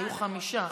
היו חמישה.